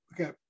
Okay